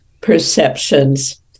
perceptions